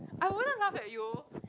I wouldn't laugh at you